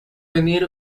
venir